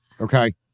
okay